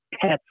Pets